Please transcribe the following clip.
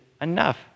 enough